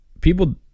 People